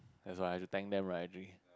that's why have to thank them right do we